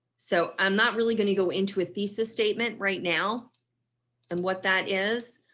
so i'm not really going to go into a thesis statement right now and what that is.